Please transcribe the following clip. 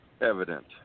evident